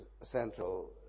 Central